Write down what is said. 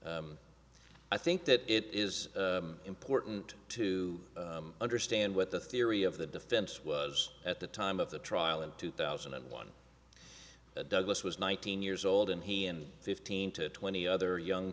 with i think that it is important to understand what the theory of the defense was at the time of the trial in two thousand and one that douglas was nineteen years old and he and fifteen to twenty other young